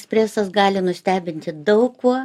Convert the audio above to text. ekspresas gali nustebinti daug kuo